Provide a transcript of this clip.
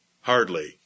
Hardly